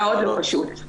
מאוד לא פשוט.